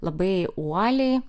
labai uoliai